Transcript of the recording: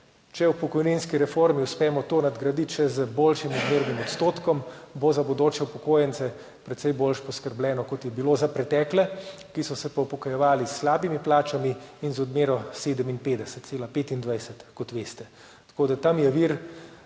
Če v pokojninski reformi uspemo to nadgraditi še z boljšim odmernim odstotkom, bo za bodoče upokojence precej boljše poskrbljeno, kot je bilo za pretekle, ki so se pa upokojevali s slabimi plačami in z odmero 57,25, kot veste. Tako da tam je vir